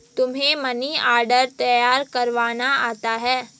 तुम्हें money order तैयार करवाना आता है?